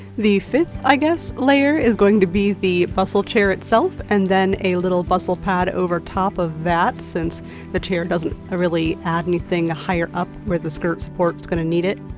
the fifth, i guess, layer is going to be the bustle chair itself. and then a little bustle pad over top of that, since the chair and doesn't ah really add anything higher up where the skirt support is going to need it.